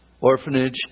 orphanage